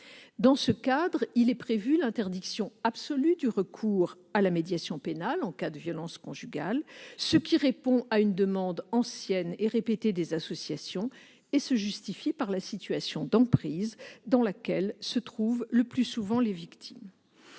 Dans ce cadre, est prévue l'interdiction absolue du recours à la médiation pénale en cas de violences conjugales, ce qui répond à une demande ancienne et répétée des associations et se justifie par la situation d'emprise dans laquelle se trouvent le plus souvent les victimes.